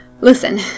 Listen